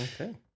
Okay